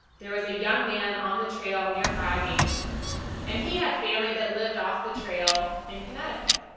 there was a young man on the trail nearby me and he had family that lived off the trail in connecticut